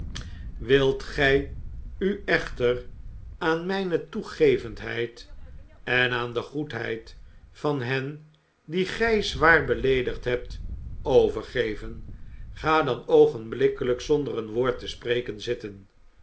wilt gij u echter aan mijne toegevendheid en aan de goedheid van hen die gi zwaar beleedigd hebt overgeven ga dan oogenb ikkelijk zonder een woord te spreken zitten